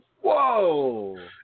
Whoa